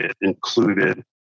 included